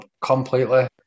completely